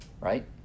right